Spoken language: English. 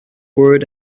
word